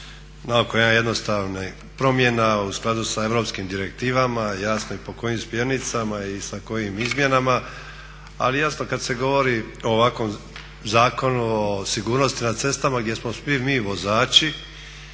jedna jednostavna promjena u skladu sa europskim direktivama, jasno i po kojim smjernicama i sa kojim izmjenama. Ali jasno kad se govori o ovakvom Zakonu o sigurnosti na cestama gdje smo svi mi vozači